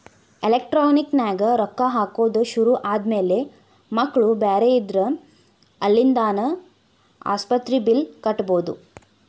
electronic ನ್ಯಾಗ ರೊಕ್ಕಾ ಹಾಕೊದ್ ಶುರು ಆದ್ಮ್ಯಾಲೆ ಮಕ್ಳು ಬ್ಯಾರೆ ಇದ್ರ ಅಲ್ಲಿಂದಾನ ಆಸ್ಪತ್ರಿ ಬಿಲ್ಲ್ ಕಟ ಬಿಡ್ಬೊದ್